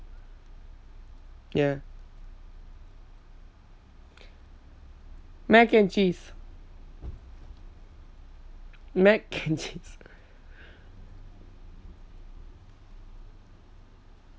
ya mac and cheese mac and cheese